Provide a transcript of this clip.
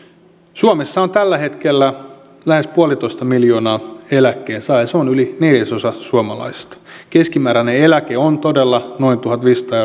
suomessa on tällä hetkellä lähes yksi pilkku viisi miljoonaa eläkkeensaajaa se on yli neljäsosa suomalaisista keskimääräinen eläke on todella noin tuhatviisisataa